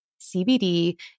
CBD